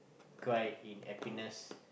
cried in happiness